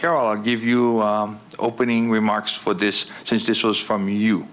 carol i'll give you opening remarks for this since this was from you